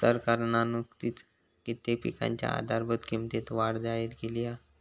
सरकारना नुकतीच कित्येक पिकांच्या आधारभूत किंमतीत वाढ जाहिर केली हा